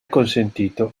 consentito